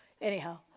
Anyhow